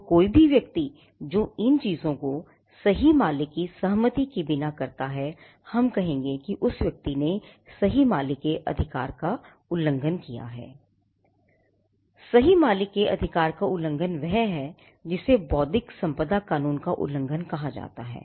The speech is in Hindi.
और कोई भी व्यक्ति जो इन चीजों को सही मालिक की सहमति के बिना करता है हम कहेंगे कि उस व्यक्ति ने सही मालिक के अधिकार का उल्लंघन किया है सही मालिक के अधिकार का उल्लंघन वह है जिसे बौद्धिक संपदा कानून का उल्लंघन कहा जाता है